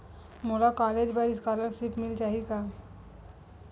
मोला कॉलेज बर स्कालर्शिप मिल जाही का?